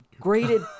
graded